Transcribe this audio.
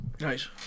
nice